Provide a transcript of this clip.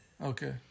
Okay